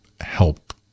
help